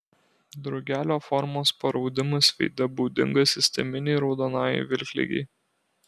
drugelio formos paraudimas veide būdingas sisteminei raudonajai vilkligei